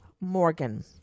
Morgan